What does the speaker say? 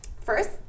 First